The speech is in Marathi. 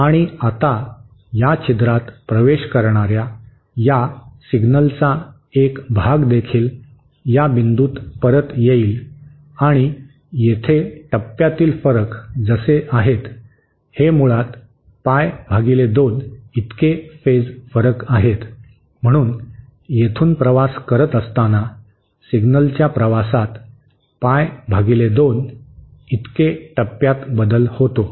आणि आता या छिद्रात प्रवेश करणाऱ्या या सिग्नलचा एक भाग देखील या बिंदूत परत येईल आणि येथे टप्प्यातील फरक जसे आहेत हे मुळात पाय भागिले दोन इतके फेज फरक आहेत म्हणून येथून प्रवास करत असताना सिग्नलच्या प्रवासात पाय भागिले दोन इतके टप्प्यात बदल होतो